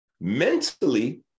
mentally